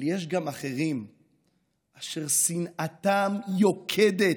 אבל יש גם אחרים אשר שנאתם יוקדת,